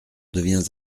deviens